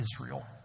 Israel